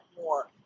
more